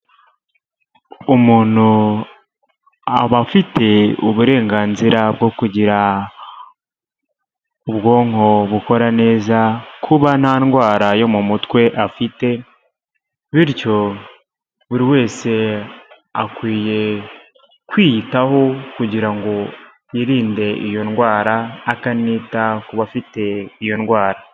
Umuntu aba afite uburenganzira bwo kugira ubwonko bukora neza, kuba nta ndwara yo mu mutwe afite bityo buri wese akwiye kwiyitaho kugira ngo yirinde iyo ndwara akanita ku bafite iyo ndwara.